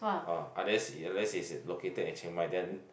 ah unless you unless is is located at Chiang-Mai then